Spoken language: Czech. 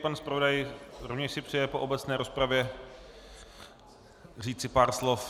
Pan zpravodaj si rovněž přeje po obecné rozpravě říci pár slov.